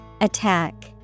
Attack